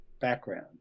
background